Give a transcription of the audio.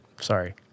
Sorry